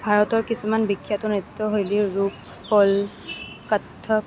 ভাৰতৰ কিছুমান বিখ্য়াত নৃত্য়শৈলীৰ ৰূপ হ'ল কথক